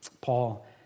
Paul